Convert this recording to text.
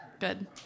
Good